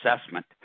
assessment